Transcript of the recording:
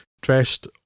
dressed